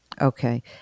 Okay